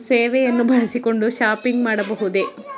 ಸೇವೆಯನ್ನು ಬಳಸಿಕೊಂಡು ಶಾಪಿಂಗ್ ಮಾಡಬಹುದೇ?